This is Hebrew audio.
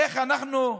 איך אנחנו,